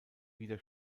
wieder